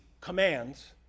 commands